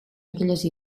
aquelles